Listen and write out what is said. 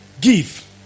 Give